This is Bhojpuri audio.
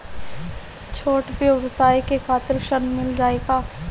छोट ब्योसाय के खातिर ऋण मिल जाए का?